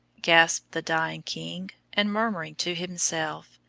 gasped the dying king, and murmuring to himself,